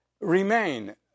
remain